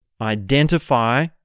Identify